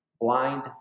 Blind